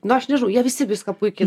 nu aš nežinau jie visi viską puikiai